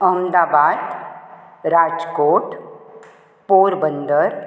Ahmedabad Rajkot Porbandar